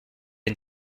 une